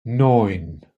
neun